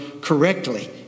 correctly